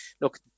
look